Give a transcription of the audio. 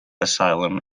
asylum